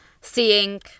seeing